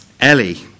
Ellie